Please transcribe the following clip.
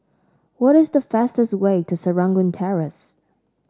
what is the fastest way to Serangoon Terrace